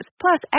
plus